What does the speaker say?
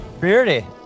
Beardy